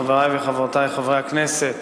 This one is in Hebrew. הרווחה והבריאות להכנה לקריאה